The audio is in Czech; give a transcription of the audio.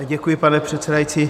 Děkuji, pane předsedající.